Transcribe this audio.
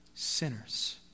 Sinners